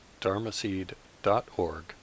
dharmaseed.org